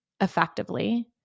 effectively